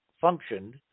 Functioned